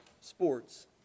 sports